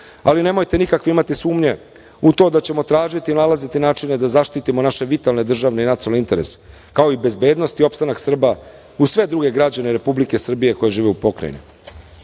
ali nemojte nikako imati sumnje u to da ćemo tražiti i nalaziti načine da zaštitimo naše vitalne državne i nacionalne interese, kao i bezbednost i opstanak Srba i sve druge građane Republike Srbije koji žive u pokrajni. Srbija